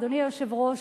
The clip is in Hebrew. אדוני היושב-ראש,